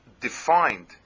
defined